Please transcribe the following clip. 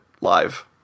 live